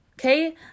Okay